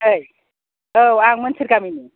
ओइ औ आं मोनसोर गामिनि